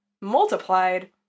multiplied